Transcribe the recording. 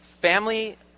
family